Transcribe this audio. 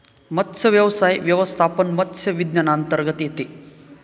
मत्स्यव्यवसाय व्यवस्थापन मत्स्य विज्ञानांतर्गत येते